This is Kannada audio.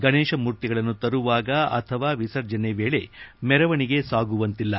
ಗಣೇಶ ಮೂರ್ತಿಗಳನ್ನು ತರುವಾಗ ಅಥವಾ ವಿಸರ್ಜನೆ ವೇಳೆ ಮೆರವಣಿಗೆ ಸಾಗುವಂತಿಲ್ಲ